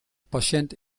patiënt